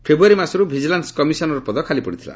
ଫେବୃୟାରୀ ମାସରୁ vigilance commissioner ପଦ ଖାଲି ପଡ଼ିଥିଲା